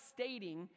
stating